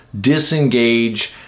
disengage